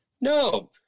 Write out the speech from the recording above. no